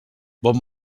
bon